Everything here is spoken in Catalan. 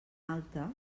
alta